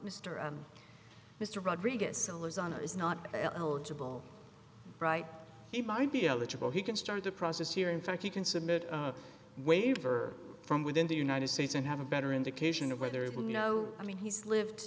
and mr rodriguez sellers ana is not eligible bright he might be eligible he can start the process here in fact he can submit a waiver from within the united states and have a better indication of whether it will know i mean he's lived